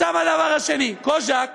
עכשיו הדבר השני, קוז'אק